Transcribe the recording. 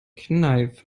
kneif